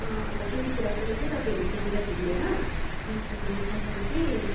अन्त त्यति बेलासम्म चाहिँ तपाईँहरू त्यहाँनेर घुमेर अन्त घुमिसकेर चाहिँ